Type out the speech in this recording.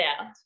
out